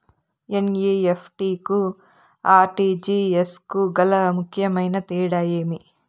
NEFT కు RTGS కు గల ముఖ్యమైన తేడా ఏమి?